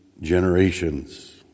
generations